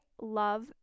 love